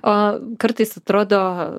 o kartais atrodo